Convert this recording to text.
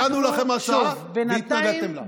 הצענו לכם הצעה והתנגדתם לה.